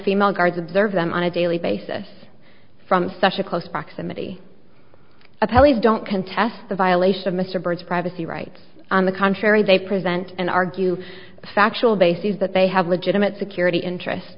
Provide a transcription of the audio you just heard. female guards observe them on a daily basis from such a close proximity of police don't contest the violation of mr bird's privacy rights on the contrary they present and argue factual bases that they have legitimate security interest